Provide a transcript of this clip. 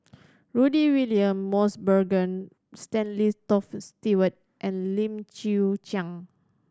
Rudy William Mosbergen Stanley Toft Stewart and Lim Chwee Chian